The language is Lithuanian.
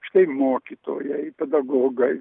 štai mokytojai pedagogai